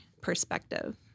perspective